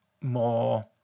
more